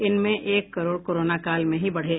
इनमें एक करोड़ कोरोना काल में ही बढ़े